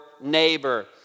neighbor